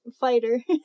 fighter